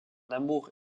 amour